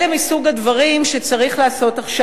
אלה מסוג הדברים שצריך לעשות עכשיו.